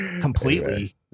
completely